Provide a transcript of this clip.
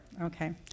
Okay